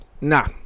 Nah